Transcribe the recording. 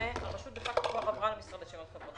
והרשות כבר עברה למשרד לשוויון חברתי.